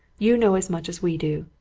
you know as much as we do.